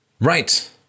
Right